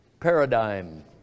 paradigm